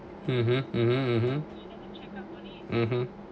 mmhmm